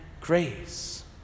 grace